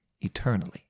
eternally